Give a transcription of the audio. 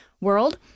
world